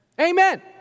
Amen